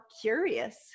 curious